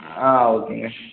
ஆ ஓகேங்க